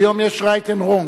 היום יש right and wrong.